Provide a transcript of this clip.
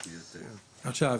עכשיו,